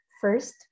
First